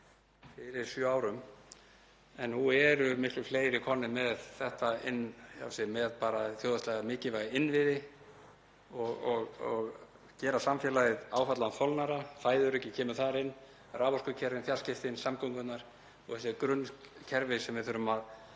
fyrir sjö árum, en nú eru miklu fleiri komnir með þetta inn hjá sér um þjóðhagslega mikilvæga innviði og það að gera samfélagið áfallaþolnara. Fæðuöryggið kemur þar inn og raforkukerfin, fjarskiptin, samgöngurnar og þessi grunnkerfi sem við þurfum að